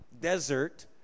desert